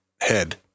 head